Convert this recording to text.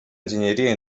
enginyeria